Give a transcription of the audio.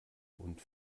und